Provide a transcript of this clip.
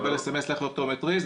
מקבל אס.אמ.אס לך לאופטומטריסט,